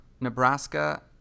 Nebraska